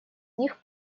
них